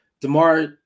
DeMar